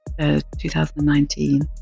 2019